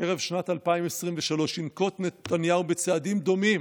ערב שנת 2023, ינקוט נתניהו צעדים דומים